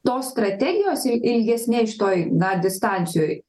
tos strategijos il ilgesnės šitoj na distancijoj